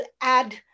add